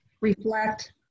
reflect